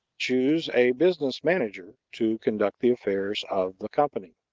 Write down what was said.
choose a business manager to conduct the affairs of the company.